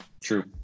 True